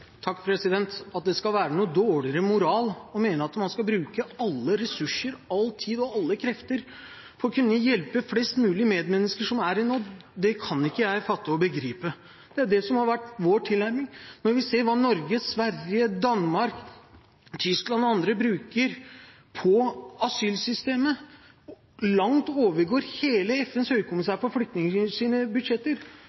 At det skal være noe dårligere moral å mene at man skal bruke alle ressurser, all tid og alle krefter på å kunne hjelpe flest mulig medmennesker som er i nød, kan jeg ikke fatte og begripe. Det er det som har vært vår tilnærming. Når vi ser at det Norge, Sverige, Danmark, Tyskland og andre bruker på asylsystemet, langt overgår budsjettet til hele FNs høykommissær for flyktninger,